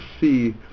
see